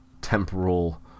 temporal